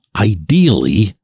ideally